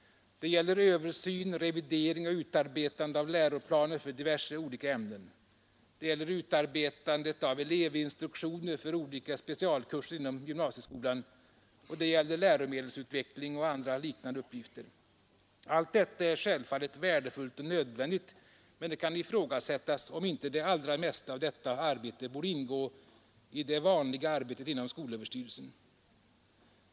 Det gäller översyn, revidering och utarbetande av läroplaner för diverse olika ämnen, det gäller utarbetandet av elevinstruktioner för olika specialkurser inom gymnasieskolan, och det gäller läromedelsutveckling och andra liknande uppgifter. Allt detta är självfallet värdefullt och nödvändigt, men det kan ifrågasättas om inte det allra mesta av detta arbete borde ingå i det vanliga arbetet inom skolöverstyrelsen.